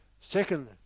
Second